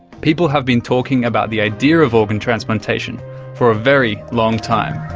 people have been talking about the idea of organ transplantation for a very long time.